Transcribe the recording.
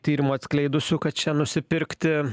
tyrimų atskleidusių kad čia nusipirkti